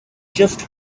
just